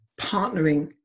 partnering